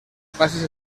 pases